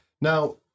Now